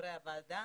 לחברי הוועדה,